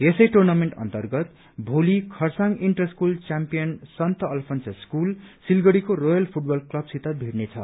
यसै टुर्नामेन्ट अन्तर्गत भोली Kurseong inter school champion saint Alphonsus school सिलगढ़ीको रोयल फूटबल क्लबसित भीड़नेछ